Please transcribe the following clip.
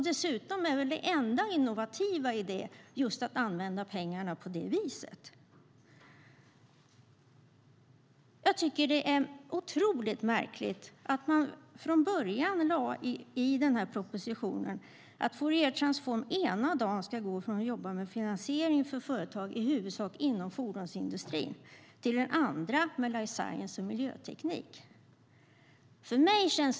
Dessutom är väl det enda innovativa i det just att använda pengarna på det viset. Jag tycker att det är otroligt märkligt att man från början lade in i den här propositionen att Fouriertransform ska gå från att jobba med finansiering för företag i huvudsak inom fordonsindustrin ena dagen till life science och miljöteknik den andra.